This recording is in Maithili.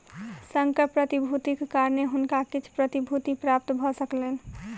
संकर प्रतिभूतिक कारणेँ हुनका किछ प्रतिभूति प्राप्त भ सकलैन